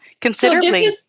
considerably